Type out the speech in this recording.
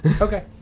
Okay